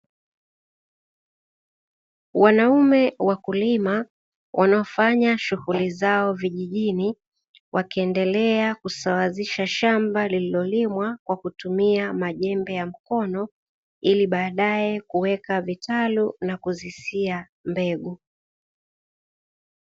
Wanaume wakulima wanaofanya shughuli zao vijijini wakiendelea kusawazisha shamba lililolimwa kwa kutumia majembe ya mkono ili baadaye kuweka vitalu na kuzisia mbegu.